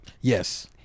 Yes